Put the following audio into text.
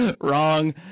Wrong